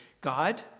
God